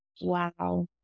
Wow